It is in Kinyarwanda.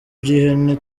by’ihene